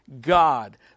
God